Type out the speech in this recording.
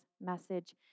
message